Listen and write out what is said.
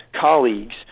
colleagues